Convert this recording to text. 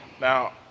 now